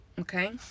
okay